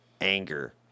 anger